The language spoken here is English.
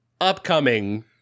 upcoming